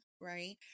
right